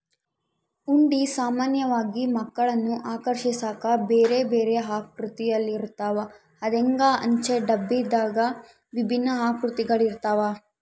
ಹುಂಡಿ ಸಾಮಾನ್ಯವಾಗಿ ಮಕ್ಕಳನ್ನು ಆಕರ್ಷಿಸಾಕ ಬೇರೆಬೇರೆ ಆಕೃತಿಯಲ್ಲಿರುತ್ತವ, ಹಂದೆಂಗ, ಅಂಚೆ ಡಬ್ಬದಂಗೆ ವಿಭಿನ್ನ ಆಕೃತಿಗಳಿರ್ತವ